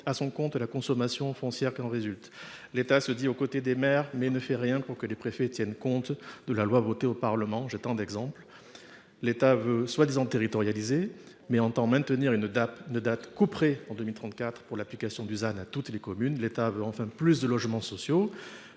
à son compte la consommation foncière qui en résulte. L’État se dit aux côtés des maires, mais ne fait rien pour que les préfets tiennent compte de la loi votée au Parlement. Les exemples sont nombreux… L’État prétend territorialiser, mais il entend maintenir une date couperet en 2034 pour l’application du ZAN à toutes les communes. L’État veut davantage de logements sociaux,